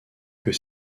que